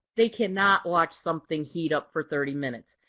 they cannot watch something heat up for thirty minutes.